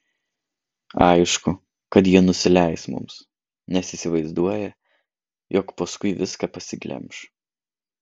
aišku kad jie nusileis mums nes įsivaizduoja jog paskui viską pasiglemš